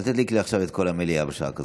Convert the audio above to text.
אל תדליק לי עכשיו את כל המליאה בשעה כזאת.